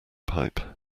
pipe